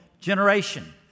generation